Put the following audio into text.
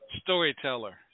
storyteller